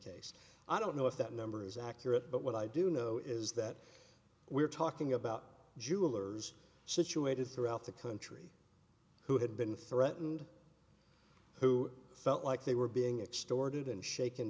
case i don't know if that number is accurate but what i do know is that we're talking about jewelers situated throughout the country who had been threatened who felt like they were being extorted and shak